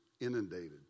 Inundated